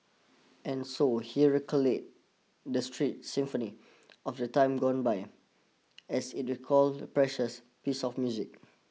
and so heroically the street symphony of the time gone by as it recall precious piece of music